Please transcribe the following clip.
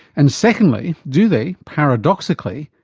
and secondly do they, paradoxically,